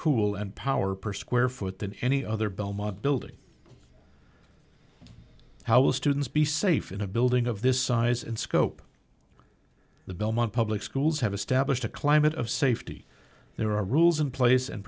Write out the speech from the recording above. cool and power per square foot than any other belmont building how will students be safe in a building of this size and scope the belmont public schools have established a climate of safety there are rules in place and